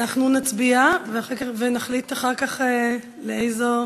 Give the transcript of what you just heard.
אנחנו נצביע, ונחליט אחר כך לאיזו